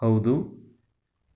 ಹೌದು